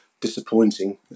disappointing